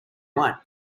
white